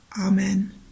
amen